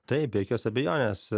taip be jokios abejonės